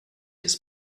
his